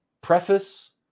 preface